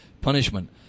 punishment